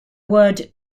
word